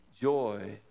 joy